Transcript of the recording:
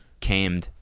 camed